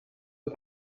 aux